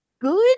good